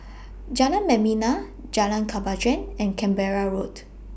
Jalan Membina Jalan Kemajuan and Canberra Road